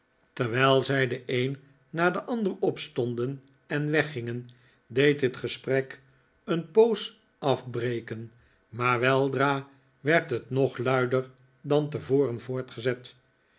terwijl zij de een na den ander opstonden en weggingen deed het gesprek een poos afbrekenj maar weldra werd het nog luider dan tevoren voortgezet